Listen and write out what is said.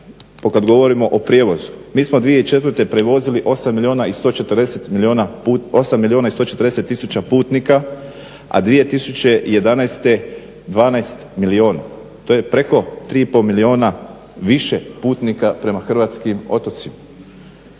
To kad govorimo o prijevozu. Mi smo 2004. prevozili 8 milijuna i 140 tisuća putnika, a 2011. 12 milijuna. To je preko 3,5 milijuna više putnika prema hrvatskim otocima.